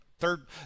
Third